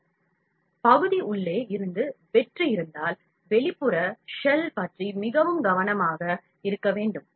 எனவே பகுதி உள்ளே இருந்து வெற்று இருந்தால் வெளிப்புற ஷெல் பற்றி மிகவும் கவனமாக இருக்க வேண்டும்